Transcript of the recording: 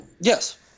Yes